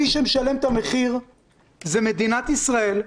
מי שמשלם את המחיר זה מדינת ישראל,